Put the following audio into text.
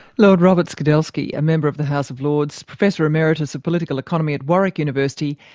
lord robert skidelsky, a member of the house of lords, professor emeritus of political economy at warwick university,